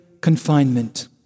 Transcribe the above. confinement